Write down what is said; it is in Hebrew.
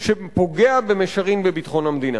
שפוגע במישרין בביטחון המדינה.